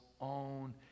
own